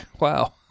Wow